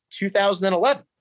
2011